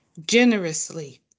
generously